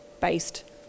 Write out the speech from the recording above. based